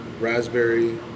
raspberry